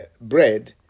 bread